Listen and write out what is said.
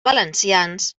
valencians